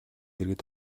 дэргэд